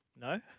No